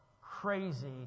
crazy